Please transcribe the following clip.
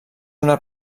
una